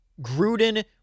Gruden